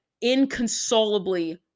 inconsolably